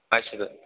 আচ্ছা দাদা